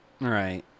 Right